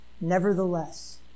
Nevertheless